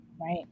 Right